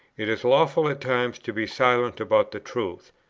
it is lawful at times to be silent about the truth,